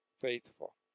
faithful